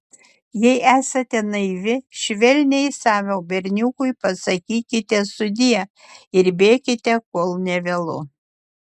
jei esate naivi švelniai savo berniukui pasakykite sudie ir bėkite kol nevėlu